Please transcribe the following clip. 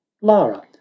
lara